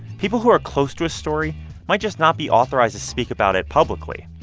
people who are close to a story might just not be authorized to speak about it publicly.